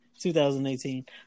2018